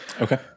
Okay